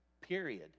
Period